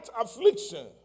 affliction